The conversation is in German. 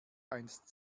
einst